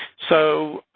so,